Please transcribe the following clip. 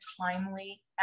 timely